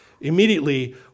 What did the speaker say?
Immediately